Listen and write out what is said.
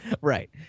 Right